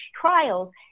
trials